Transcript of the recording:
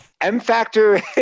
M-Factor